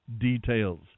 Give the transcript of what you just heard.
details